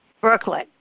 Brooklyn